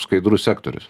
skaidrus sektorius